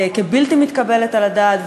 כבלתי מתקבלת על הדעת,